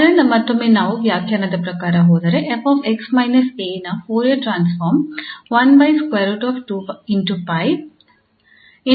ಆದ್ದರಿಂದ ಮತ್ತೊಮ್ಮೆ ನಾವು ವ್ಯಾಖ್ಯಾನದ ಪ್ರಕಾರ ಹೋದರೆ 𝑓𝑥 − 𝑎 ನ ಫೋರಿಯರ್ ಟ್ರಾನ್ಸ್ಫಾರ್ಮ್ ಗೆ ಸಮಾನವಾಗಿರುತ್ತದೆ